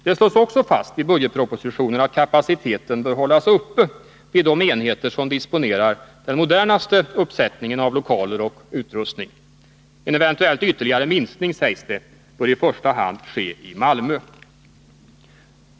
Det slås också fast i budgetpropositionen att kapaciteten bör hållas uppe vid de enheter som disponerar den modernaste uppsättningen av lokaler och utrustning. En eventuell ytterligare minskning, sägs det, bör i första hand ske i Malmö.